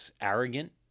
arrogant